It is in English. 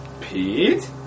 Pete